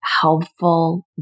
helpful